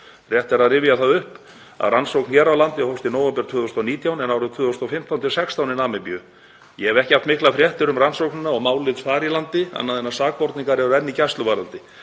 Rétt er að rifja það upp að rannsókn hér á landi hófst í nóvember 2019 en árið 2015–2016 í Namibíu. Ég hef ekki haft miklar fregnir um rannsóknina og málið þar í landi annað en að sakborningar eru enn í gæsluvarðhaldi.